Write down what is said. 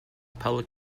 public